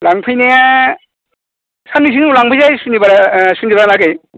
लांफैनाया साननैसो उनाव लांफैनोसै सुनिबारा लागै